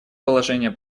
положения